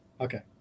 Okay